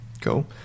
cool